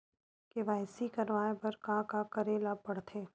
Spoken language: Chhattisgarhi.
के.वाई.सी करवाय बर का का करे ल पड़थे?